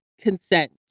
consent